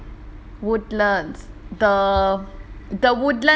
woodlands the oh நீதங்கி இருக்குற இடத்துலயே:nee thangi irukura idathulayae